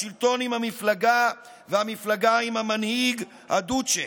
השלטון, עם המפלגה, והמפלגה, עם המנהיג, הדוצ'ה.